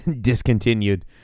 discontinued